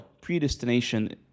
predestination